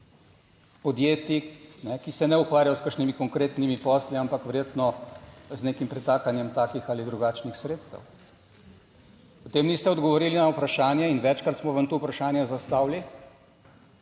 podjetij, ki se ne ukvarjajo s kakšnimi konkretnimi posli, ampak verjetno z nekim pretakanjem takih ali drugačnih sredstev. Potem niste odgovorili na vprašanje, in večkrat smo vam to vprašanje zastavili,